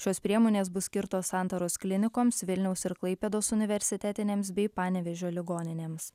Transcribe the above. šios priemonės bus skirtos santaros klinikoms vilniaus ir klaipėdos universitetinėms bei panevėžio ligoninėms